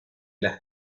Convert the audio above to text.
las